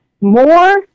more